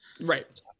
Right